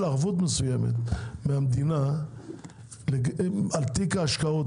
מהמדינה ערבות מסוימת על תיק ההשקעות,